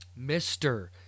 Mr